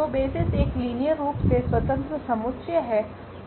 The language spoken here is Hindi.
तो बेसिस एक लीनियर रूप से स्वतंत्र समुच्चय है